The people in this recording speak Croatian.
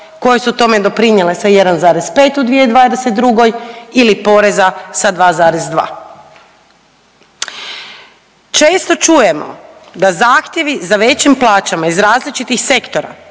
koje su tome doprinijele sa 1,5 u 2022. ili poreza sa 2,2. Često čujemo da zahtjevi za većim plaćama iz različitih sektora